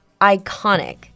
iconic